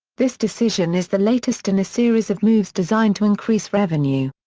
this decision is the latest in a series of moves designed to increase revenue.